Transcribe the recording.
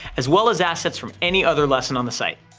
as well as assets from any other lesson on the site.